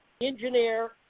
engineer